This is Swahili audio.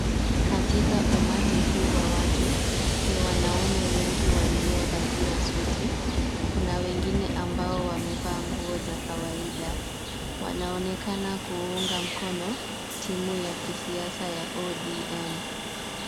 Katika umati huu wa watu, ni wanaume wengi waliovalia suti, kuna wengine ambao wamevaa nguo za kawaida. Wanaonekana kuunga mkono timu ya kisiasa ya ODM.